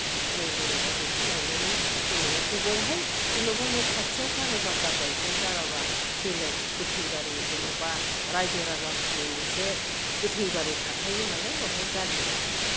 जेनेबा बेखौ लांनानै जेनेबा बबावहाय जेनेबा न' खाथियाव गारोबा गारबायसै गाराबा बेलेग गोथैबारि जेनेबा राइजो राजाफोरनि मोनसे गोथैबारि थाखायो नालाय बेवहाय गारहैबाय आरो